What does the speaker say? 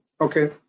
Okay